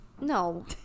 no